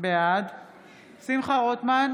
בעד שמחה רוטמן,